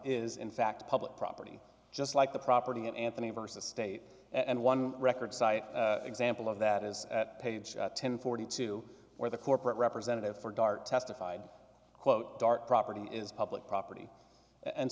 is in fact public property just like the property in anthony versus state and one record site example of that is at page one thousand and forty two where the corporate representative for dart testified quote dark property is public property and